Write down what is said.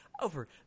over